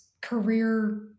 career